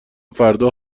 فردا